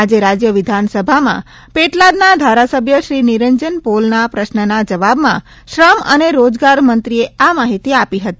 આજે રાજ્ય વિધાનસભામાં પેટલાદના ધારાસભ્ય શ્રી નિરંજન પોલના પ્રશ્નના જવાબમાં શ્રમ અને રોજગાર મંત્રીએ આ માહિતી આપી હતી